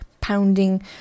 pounding